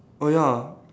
oh ya